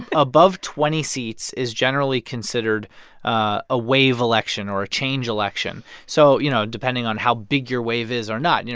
above twenty seats is generally considered a ah wave election or a change election so you know, depending on how big your wave is or not. you know,